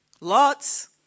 lots